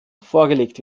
vorgelegt